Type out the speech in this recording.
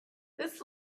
this